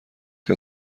کرد